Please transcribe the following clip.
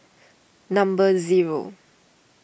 number zero